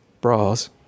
bras